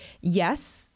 yes